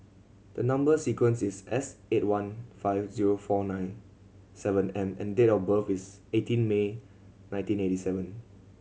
the number sequence is S eight one five zero four nine seven M and date of birth is eighteen May nineteen eighty seven